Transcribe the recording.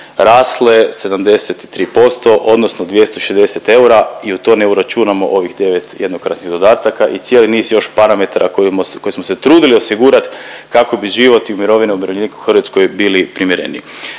rasle 73% odnosno 260 eura i u to ne uračunamo ovih 9 jednokratnih dodataka i cijeli niz još parametara koji smo se trudili osigurat kako bi život i mirovine umirovljeniku u Hrvatskoj bili primjereniji.